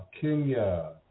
Kenya